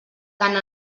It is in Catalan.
tant